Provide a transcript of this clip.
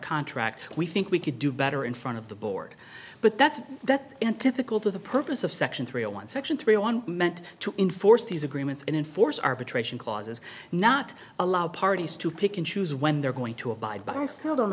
contract we think we could do better in front of the board but that's that and typical to the purpose of section three a one section three one meant to enforce these agreements and enforce arbitration clauses not allow parties to pick and choose when they're going to abide but i still don't